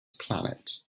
planet